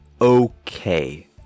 okay